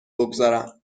بگذارم